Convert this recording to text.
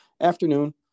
afternoon